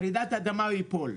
שברעידת אדמה הוא ייפול.